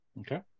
Okay